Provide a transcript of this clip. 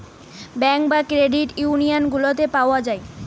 bank বা credit union গুলাতে পাওয়া যায়